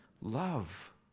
love